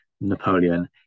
napoleon